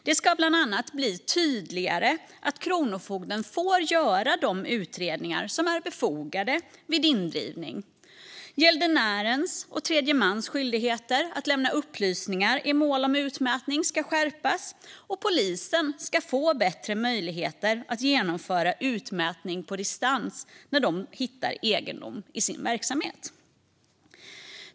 Det ska bland annat bli tydligare att kronofogden får göra de utredningar som är befogade vid indrivning. Gäldenärens och tredje mans skyldigheter att lämna upplysningar i mål om utmätning ska skärpas. Och polisen ska få bättre möjligheter att genomföra utmätning på distans när de hittar egendom i sin verksamhet.